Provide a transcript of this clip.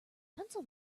pencil